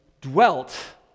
dwelt